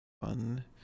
fun